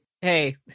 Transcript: Hey